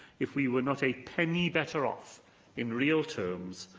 if we were not a penny better off in real terms,